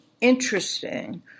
interesting